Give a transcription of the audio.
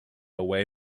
away